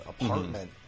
apartment